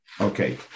Okay